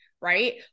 right